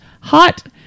hot